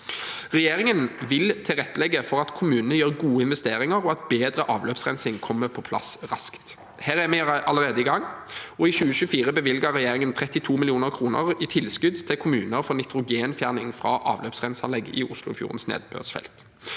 Regjeringen vil tilrettelegge for at kommunene gjør gode investeringer, og at bedre avløpsrensing kommer på plass raskt. Her er vi allerede i gang, og i 2024 bevilget regjeringen 32 mill. kr i tilskudd til kommuner for nitrogenfjerning fra avløpsrenseanlegg i Oslofjordens nedbørsfelt.